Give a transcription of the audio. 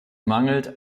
mangelt